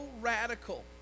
radical